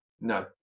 No